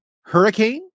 hurricane